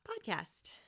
podcast